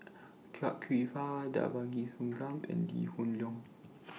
Chia Kwek Fah Devagi Sanmugam and Lee Hoon Leong